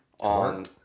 on